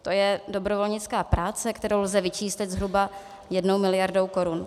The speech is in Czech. To je dobrovolnická práce, kterou lze vyčíslit zhruba jednou miliardou korun.